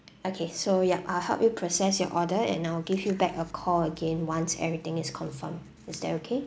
okay so yup I will help you process your order and I will give you back a call again once everything is confirm is that okay